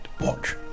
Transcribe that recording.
watch